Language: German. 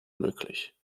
möglich